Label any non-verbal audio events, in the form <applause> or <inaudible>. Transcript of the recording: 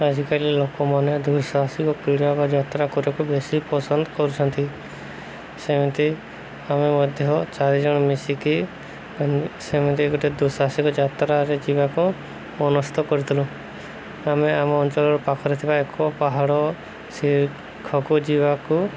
ଆଜିକାଲି ଲୋକମାନେ ଦୁଃସାହାସିକ କ୍ରୀଡ଼ା ବା ଯାତ୍ରା କରିବାକୁ ବେଶୀ ପସନ୍ଦ କରୁଛନ୍ତି ସେମିତି ଆମେ ମଧ୍ୟ ଚାରି ଜଣ ମିଶିକି <unintelligible> ସେମିତି ଗୋଟେ ଦୁଃସାହାସିକ ଯାତ୍ରାରେ ଯିବାକୁ ମନସ୍ତ କରିଥିଲୁ ଆମେ ଆମ ଅଞ୍ଚଳର ପାଖରେ ଥିବା ଏକ ପାହାଡ଼ ଶିଖକୁ ଯିବାକୁ